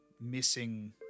missing